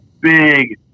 big